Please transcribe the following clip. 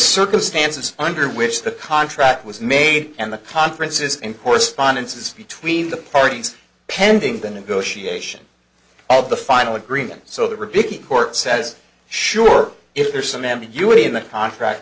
circumstances under which the contract was made and the conference is in correspondences between the parties pending the negotiation of the final agreement so the rebuking court says sure if there's some ambiguity in the contract